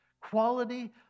quality